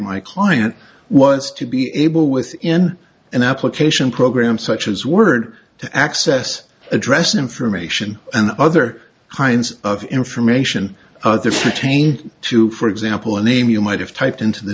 my client was to be able within an application program such as word to access address information and other kinds of information there for a change to for example a name you might have typed into the